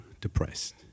depressed